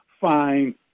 fine